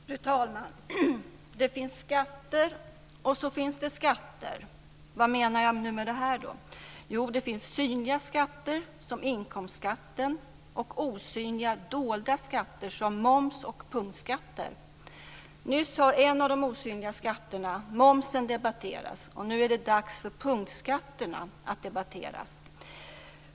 Fru talman! Det finns skatter, och så finns det skatter. Vad menar jag nu med det? Jo, det finns synliga skatter, som inkomstskatten, och osynliga, dolda skatter som moms och punktskatter. Nyss har en av de osynliga skatterna, momsen, debatterats, och nu är det dags för punktskatterna att debatteras.